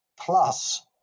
plus